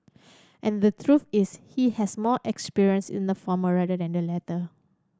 and the truth is he has more experience in the former rather than the latter